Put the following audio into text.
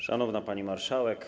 Szanowna Pani Marszałek!